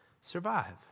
survive